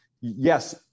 yes